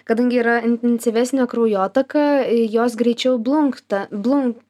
kadangi yra intensyvesnė kraujotaka jos greičiau blunkta blun